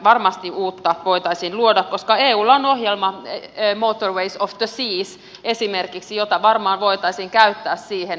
varmasti uutta voitaisiin luoda koska eulla on esimerkiksi ohjelma motorways of the sea jota varmaan voitaisiin käyttää siihen